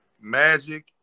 magic